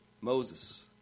Moses